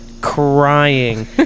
Crying